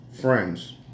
friends